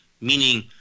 meaning